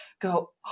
go